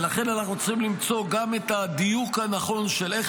ולכן אנחנו צריכים למצוא גם את הדיוק הנכון של איך